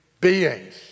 beings